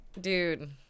Dude